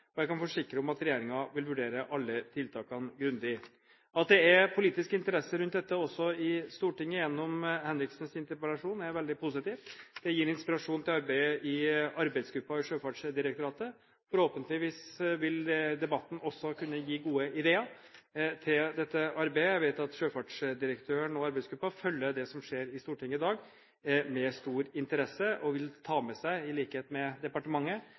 og jeg kan forsikre om at regjeringen vil vurdere alle tiltakene grundig. At det er politisk interesse rundt dette også i Stortinget gjennom Henriksens interpellasjon, er veldig positivt. Det gir inspirasjon til arbeidet i arbeidsgruppen i Sjøfartsdirektoratet. Forhåpentligvis vil debatten også kunne gi gode ideer til dette arbeidet. Jeg vet at sjøfartsdirektøren og arbeidsgruppen følger det som skjer i Stortinget i dag, med stor interesse og vil i likhet med departementet ta med seg